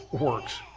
works